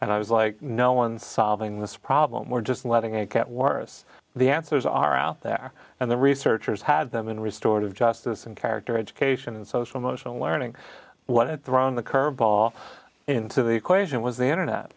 and i was like no one solving this problem we're just letting it get worse the answers are out there and the researchers had been restored of justice and character education and social emotional learning what it thrown the curve ball into the equation was the internet